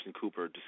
Cooper